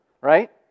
right